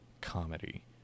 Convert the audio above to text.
Comedy